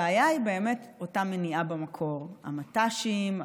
הבעיה היא באמת אותה מניעה במקור: המט"שים,